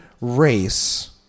race